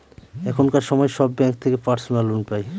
এখনকার সময় সব ব্যাঙ্ক থেকে পার্সোনাল লোন পাই